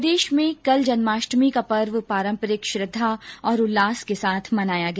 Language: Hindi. प्रदेशभर में कल जन्माष्टमी का पर्व पारम्परिक श्रद्धा और उल्लास के साथ मनाया गया